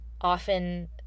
often